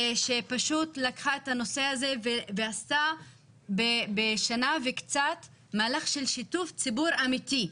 שפשוט לקחה את הנושא הזה ועשתה בשנה וקצת מהלך של שיתוף ציבור אמיתי,